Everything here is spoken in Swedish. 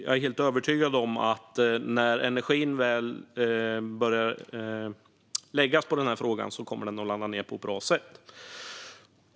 Jag är övertygad om att när energin väl börjar läggas på frågan kommer den att landa på ett bra sätt.